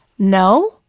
No